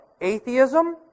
atheism